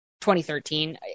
2013